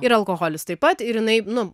ir alkoholis taip pat ir jinai nu